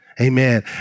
Amen